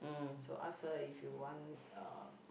so ask her if you want uh